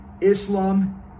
Islam